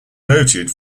noted